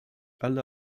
alle